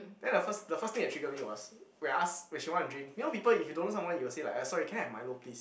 then the first the first thing that triggered me was when I ask when she want to drink you know people if don't know someone you will ask sorry can I have milo please